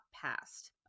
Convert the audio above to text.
passed